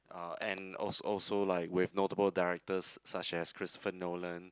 uh and als~ also like with notable directors such as Christopher Nolan